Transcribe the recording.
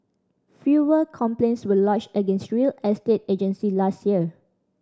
fewer complaints were lodged against real estate agency last year